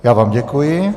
Já vám děkuji.